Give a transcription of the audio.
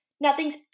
nothing's